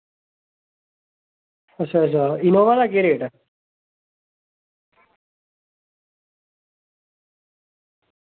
अच्छा अच्छा इनोवा दा केह् रेट ऐ